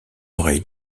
oreille